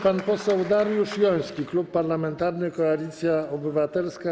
Pan poseł Dariusz Joński, Klub Parlamentarny Koalicja Obywatelska.